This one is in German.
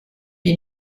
wie